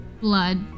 blood